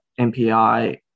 MPI